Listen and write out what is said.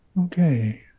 okay